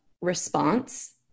response